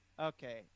okay